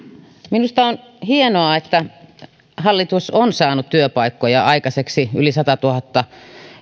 minusta on hienoa että hallitus on saanut työpaikkoja aikaiseksi yli satatuhatta